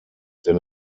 denn